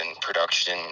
production